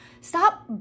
Stop